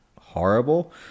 horrible